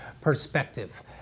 perspective